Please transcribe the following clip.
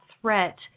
threat